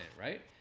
right